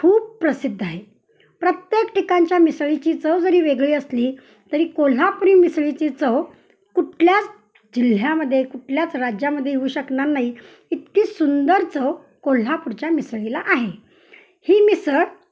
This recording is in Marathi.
खूप प्रसिद्ध आहे प्रत्येक ठिकाणच्या मिसळीची चव जरी वेगळी असली तरी कोल्हापुरी मिसळीची चव कुठल्याच जिल्ह्यामध्ये कुठल्याच राज्यामध्ये येऊ शकणार नाही इतकी सुंदर चव कोल्हापूरच्या मिसळीला आहे ही मिसळ